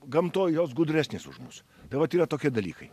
gamtoje jos gudresnės už mus tai vat yra tokie dalykai